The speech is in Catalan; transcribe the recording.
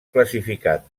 classificat